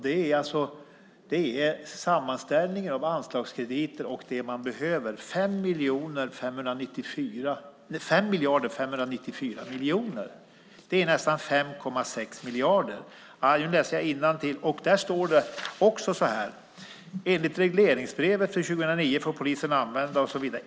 Det är en sammanställning av anslagskrediter och det man behöver - 5,594 miljarder, nästan 5,6 miljarder. Jag läser innantill, och det står också så här: Enligt regleringsbrevet för 2009 får polisen använda .